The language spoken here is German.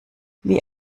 wie